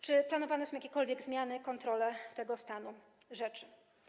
Czy planowane są jakiekolwiek zmiany, kontrole tego stanu rzeczy?